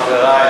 חברי,